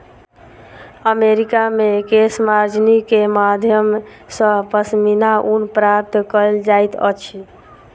America मे केशमार्जनी के माध्यम सॅ पश्मीना ऊन प्राप्त कयल जाइत अछि